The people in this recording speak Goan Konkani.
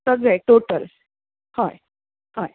सगळे टोटल हय हय